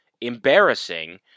embarrassing